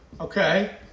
Okay